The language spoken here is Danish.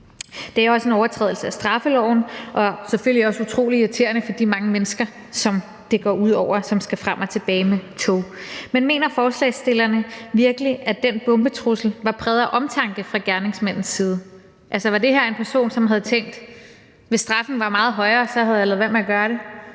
Det er en overtrædelse af straffeloven og selvfølgelig også utrolig irriterende for de mange mennesker, som det går ud over, og som skal frem og tilbage med tog. Men mener forslagsstillerne virkelig, at den bombetrussel var præget af omtanke fra gerningsmandens side? Var det her en person, som havde tænkt, at han, hvis straffen havde været meget højere, havde ladet være med at gøre det?